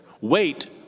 Wait